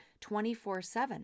24-7